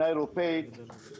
אלה לא תקנים רשמיים שמחייבים.